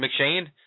McShane